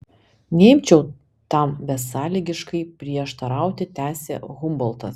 neimčiau tam besąlygiškai prieštarauti tęsė humboltas